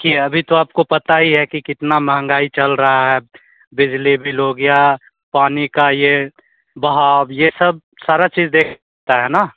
कि अभी तो आपको पता ही है कि कितना महंगाई चल रहा है बिजली बिल हो गया पानी का यह बहाव यह सब सारा चीज़ देखता है ना